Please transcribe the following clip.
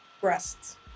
breasts